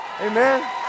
Amen